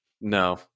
no